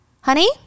honey